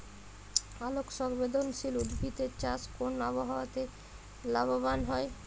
আলোক সংবেদশীল উদ্ভিদ এর চাষ কোন আবহাওয়াতে লাভবান হয়?